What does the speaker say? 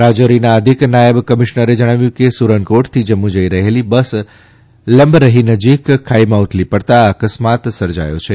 રાજૌરીના અધિક નાયબ કમિશ્નરે જણાવ્યું કે સુરનકોટ થી જમ્મુ જઇ રહેલી બસ લંબરહી નજીક ખાઇમાં ઉથલી પડતાં આ અકસ્માત સર્જાથી છે